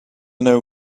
know